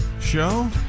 Show